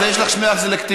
אז יש לך שמיעה סלקטיבית.